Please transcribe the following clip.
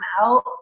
out